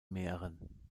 mähren